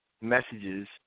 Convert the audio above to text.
messages